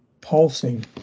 pulsing